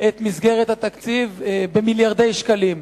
את מסגרת התקציב במיליארדי שקלים.